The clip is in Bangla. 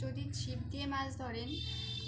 যদি ছিপ দিয়ে মাছ ধরেন